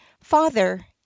Father